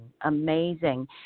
amazing